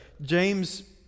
James